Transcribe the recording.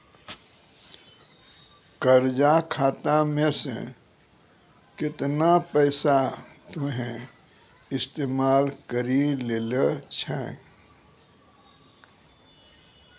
कर्जा खाता मे से केतना पैसा तोहें इस्तेमाल करि लेलें छैं